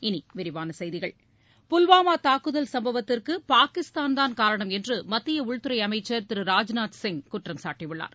இனி விரிவான செய்திகள் புல்வாமா தாக்குதல் சம்பவத்திற்கு பாகிஸ்தான்தான் காரணம் என்று மத்திய உள்துறை அமைச்சர் திரு ராஜ்நாத் சிங் குற்றம் சாட்டியுள்ளார்